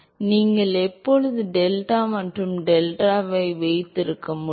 நீங்கள் எப்போது டெல்டா மற்றும் டெல்டாவை வைத்திருக்க முடியும்